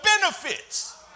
benefits